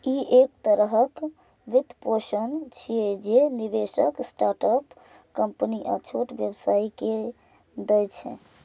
ई एक तरहक वित्तपोषण छियै, जे निवेशक स्टार्टअप कंपनी आ छोट व्यवसायी कें दै छै